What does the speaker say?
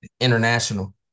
International